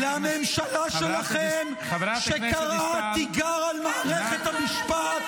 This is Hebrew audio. לממשלה שלכם שקראה תיגר על מערכת המשפט